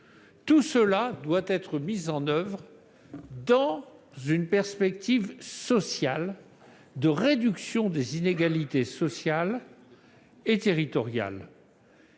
publics doivent être mises en oeuvre dans une perspective de réduction des inégalités sociales et territoriales.